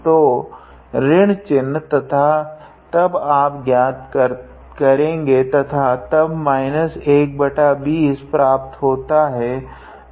तो ऋण चिन्ह तथा तब आप ज्ञात करेगे तथा तब 120 प्राप्त होता है